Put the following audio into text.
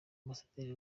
ambasaderi